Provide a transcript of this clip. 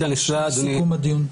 אנחנו מתקדמים לסיכום הדיון.